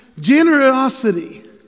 Generosity